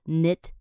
knit